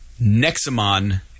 Nexamon